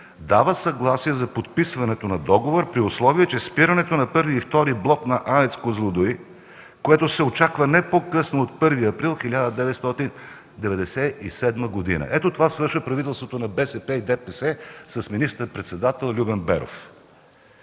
„Дава съгласие за подписването на договора, при условие че спирането на І и ІІ блок на АЕЦ „Козлодуй”, което се очаква не по-късно от 1 април 1997 г.”. Ето това свършва правителството на БСП и ДПС с министър-председател Любен Беров.